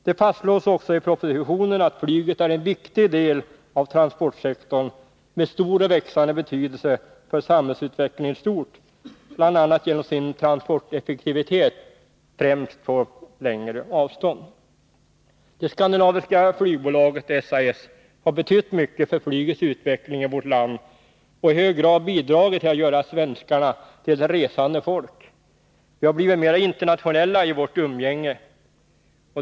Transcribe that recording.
Det fastslås också i propositionen att flyget är en viktig del av transportsektorn med stor och växande betydelse för samhällsutvecklingen i stort, bl.a. genom sin transporteffektivitet främst över längre avstånd. Det skandinaviska flygbolaget SAS har betytt mycket för flygets utveckling i vårt land och i hög grad bidragit till att göra svenskarna till ett resande folk. Vi har blivit mera internationella i vårt umgänge.